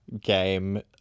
game